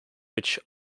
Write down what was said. which